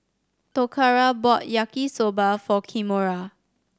Toccara bought Yaki Soba for Kimora